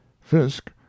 Fisk